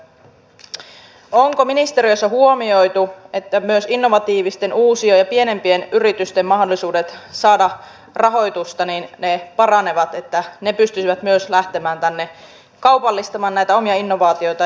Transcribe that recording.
tällä hetkellä hallituksen esitys sisältää kuitenkin kotiin vietyjen palvelujen kehittämistä nuorille perheille omaishoidon kehittämistä ja niin edelleen elikkä varhaisvaiheen tukea joka tuolloin poistettiin mikä johti sitten korvaamattomiin vahinkoihin